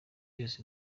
yose